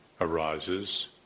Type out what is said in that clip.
arises